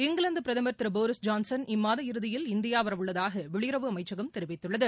இங்கிலாந்து பிரதமர் திரு Boris Johnson இம்மாதம் இறுதியில் இந்தியா வரவுள்ளதாக வெளியுறவு அமைச்சகம் தெரிவித்துள்ளது